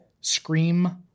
scream